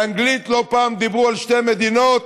באנגלית לא פעם דיברו על שתי מדינות,